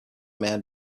man